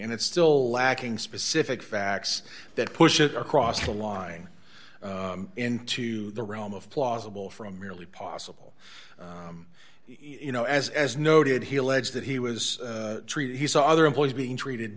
and it still lacking specific facts that push it across the line into the realm of plausible from merely possible you know as as noted he alleged that he was treated he saw other employees being treated